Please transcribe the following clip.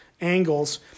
angles